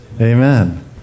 Amen